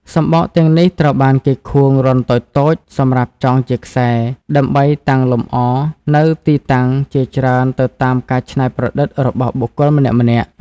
សំបកទាំងនេះត្រូវបានគេខួងរន្ធតូចៗសម្រាប់ចងជាខ្សែ ដើម្បីតាំងលម្អនៅទីតាំងជាច្រើនទៅតាមការច្នៃប្រឌិតរបស់បុគ្គលម្នាក់ៗ។